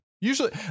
usually